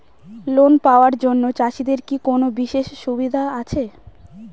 Loan পাওয়ার জন্য চাষিদের কি কোনো বিশেষ সুবিধা আছে?